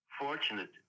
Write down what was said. fortunate